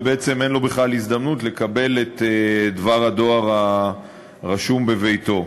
ובעצם אין לו בכלל הזדמנות לקבל את דבר הדואר הרשום בביתו.